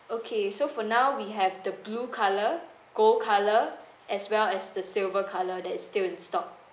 okay so for now we have the blue colour gold colour as well as the silver colour that is still in stock